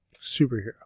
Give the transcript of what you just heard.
Superhero